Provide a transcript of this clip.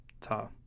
Ta